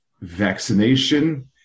vaccination